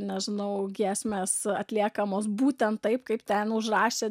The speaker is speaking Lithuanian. nežinau giesmės atliekamos būtent taip kaip ten užrašė